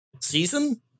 season